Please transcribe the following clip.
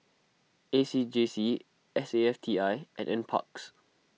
A C J C S A F T I and NParks